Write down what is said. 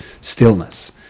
stillness